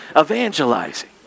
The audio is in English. evangelizing